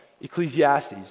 Ecclesiastes